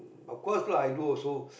of course lah i do also